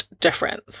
difference